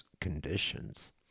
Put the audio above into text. conditions